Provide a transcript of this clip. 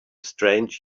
strange